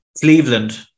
Cleveland